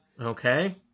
Okay